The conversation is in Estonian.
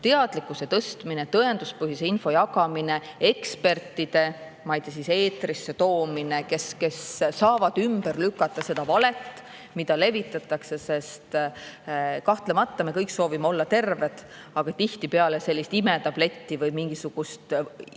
teadlikkuse tõstmine, tõenduspõhise info jagamine, ekspertide eetrisse toomine, et nad saaks ümber lükata valet, mida levitatakse. Kahtlemata me kõik soovime olla terved, aga tihtipeale sellist imetabletti või mingisugust